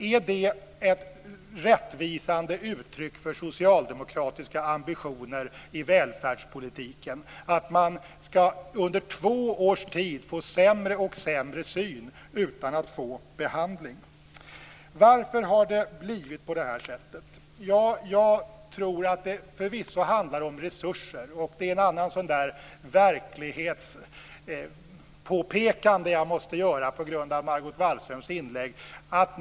Är det ett rättvisande uttryck för socialdemokratiska ambitioner i välfärdspolitiken att man under två års tid skall få sämre och sämre syn utan att få behandling? Varför har det blivit på det här sättet? Jag tror att det förvisso handlar om resurser. Det är ett annat sådant här verklighetspåpekande som jag måste göra på grund av Margot Wallströms inlägg.